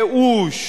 הייאוש,